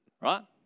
right